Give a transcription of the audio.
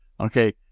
Okay